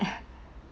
!ugh!